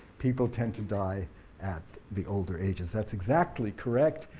people tend to die at the older ages. that's exactly correct,